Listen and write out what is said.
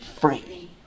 free